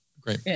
Great